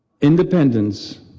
Independence